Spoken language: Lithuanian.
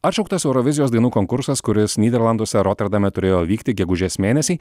atšauktas eurovizijos dainų konkursas kuris nyderlanduose roterdame turėjo vykti gegužės mėnesį